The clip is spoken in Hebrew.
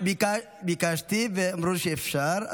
ביקשתי, ואמרו לי שאפשר.